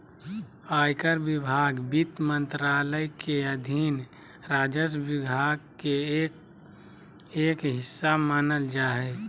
आयकर विभाग वित्त मंत्रालय के अधीन राजस्व विभाग के एक हिस्सा मानल जा हय